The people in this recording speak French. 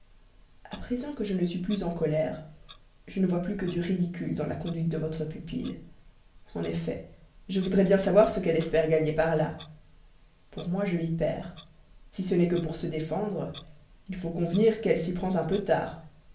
a présent que je ne suis plus en colère je ne vois plus que du ridicule dans la conduite de votre pupille en effet je voudrais bien savoir ce qu'elle espère gagner par là pour moi je m'y perds si ce n'est que pour se défendre il faut convenir qu'elle s'y prend un peu tard